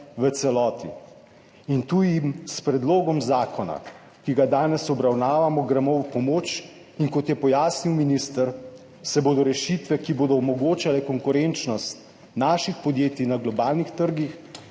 v celoti. In tu jim s predlogom zakona, ki ga danes obravnavamo, gremo na pomoč in kot je pojasnil minister, se bodo rešitve, ki bodo omogočale konkurenčnost naših podjetij na globalnih trgih,